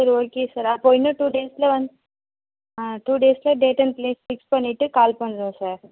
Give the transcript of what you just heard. சரி okay sir அப்போது இன்னும் டூ டேஸில் வந்து ஆ டூ டேஸில் டேட் அண்ட் பிளேஸ் ஃபிக்ஸ் பண்ணிட்டு கால் பண்ணுறோம் சார்